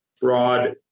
broad